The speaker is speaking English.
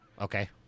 Okay